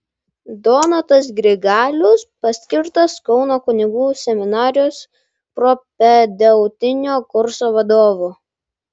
donatas grigalius paskirtas kauno kunigų seminarijos propedeutinio kurso vadovu